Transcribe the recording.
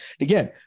again